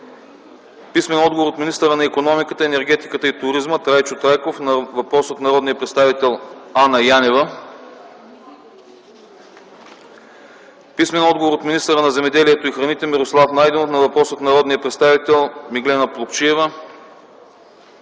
Димитър Дъбов; - от министъра на икономиката, енергетиката и туризма Трайчо Трайков на въпрос от народния представител Анна Янева; - от министъра на земеделието и храните Мирослав Найденов на въпрос от народния представител Меглена Плугчиева;